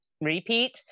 repeat